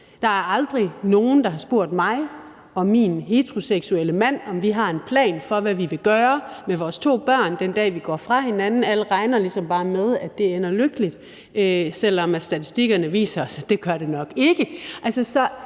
Der er aldrig nogen, der har spurgt mig og min heteroseksuelle mand, om vi har en plan for, hvad vi vil gøre med vores to børn, den dag vi går fra hinanden. Alle regner ligesom bare med, at det ender lykkeligt, selv om statistikkerne viser, at det gør det nok ikke.